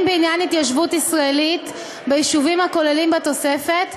בעניין התיישבות ישראלית ביישובים הכלולים בתוספת,